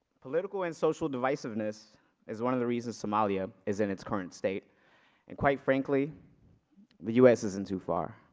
political and social divisiveness is one of the reasons somalia is in its current state and quite frankly the us isn't too far